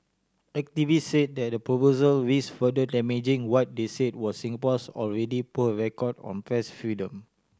activist said that the proposal risked further damaging what they said was Singapore's already poor record on press freedom